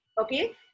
okay